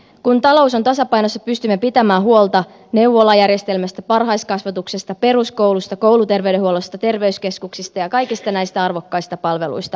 kun talous on tasapainossa pystymme pitämään huolta neuvolajärjestelmästä varhaiskasvatuksesta peruskoulusta kouluterveydenhuollosta terveyskeskuksista ja kaikista näistä arvokkaista palveluistamme